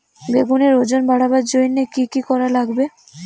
বেগুনের ওজন বাড়াবার জইন্যে কি কি করা লাগবে?